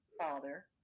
father